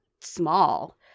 small